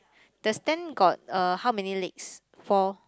the stand got uh how many legs four